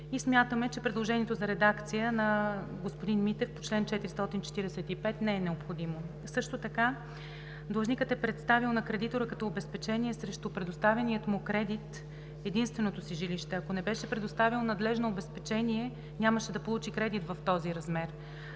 и смятаме, че предложението за редакция на господин Митев по чл. 445 не е необходимо. Също така длъжникът е представил на кредитора като обезпечение срещу предоставения му кредит единственото си жилище. Ако не беше предоставил надлежно обезпечение, нямаше да получи кредит в този размер.